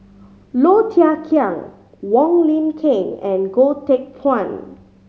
Low Thia Khiang Wong Lin Ken and Goh Teck Phuan